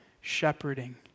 shepherding